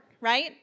right